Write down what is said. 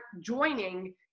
joining